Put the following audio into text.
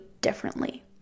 differently